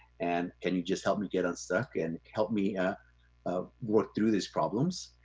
and can you just help me get unstuck, and help me ah um work through these problems,